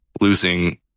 losing